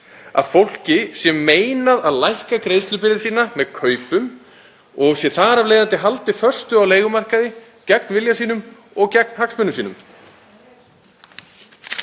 Að fólki sé meinað að lækka greiðslubyrði sína með kaupum og sé þar af leiðandi haldið föstu á leigumarkaði gegn vilja sínum og gegn hagsmunum sínum.